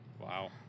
wow